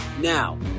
Now